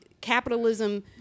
capitalism